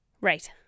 Right